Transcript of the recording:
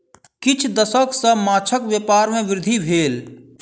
किछ दशक सॅ माँछक व्यापार में वृद्धि भेल